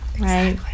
Right